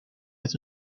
met